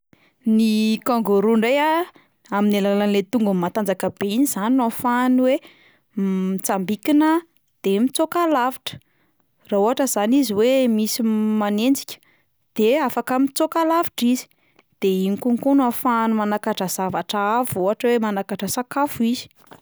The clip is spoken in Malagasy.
Ny kangoroa indray a, amin'ny alalan'ilay tongony matanjaka be iny zany no ahafahany hoe m- mitsambikina de mitsoaka lavitra, raha ohatra zany izy hoe misy m- manenjika de afaka mitsoaka lavitra izy, de iny konko no ahafahany manakatra zavatra avo ohatra hoe manakatra sakafo izy.